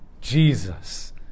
Jesus